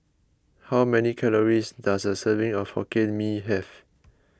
how many calories does a serving of Hokkien Mee have